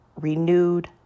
renewed